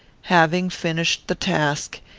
having finished the task,